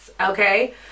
okay